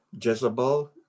Jezebel